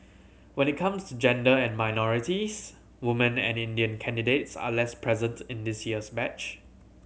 when it comes to gender and minorities woman and Indian candidates are less present in this year's match